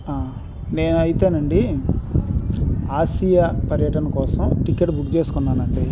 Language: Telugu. నేను అయితే అండి ఆసియా పర్యటన కోసం టికెట్ బుక్ చేసుకున్నానండి